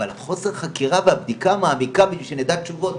אבל חוסר החקירה והבדיקה המעמיקה שבשביל שנדע תשובות,